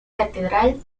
catedral